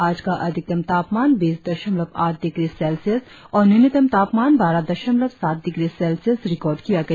आज का अधिकतम तापमान बीस दशमलव आठ डिग्री सेल्सियस और न्यूनतम तापमान बारह दशमलव सात डिग्री सेल्सियस रिकार्ड किया गया